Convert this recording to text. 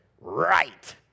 right